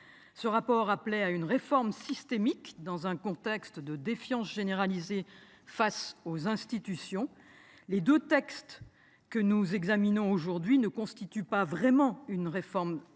Ce rapport appelait à une réforme systémique dans un contexte de défiance généralisée face aux institutions. Or les deux textes que nous examinons aujourd'hui ne répondent pas réellement à une telle ambition.